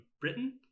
Britain